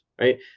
right